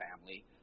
family